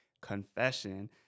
confession